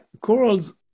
Corals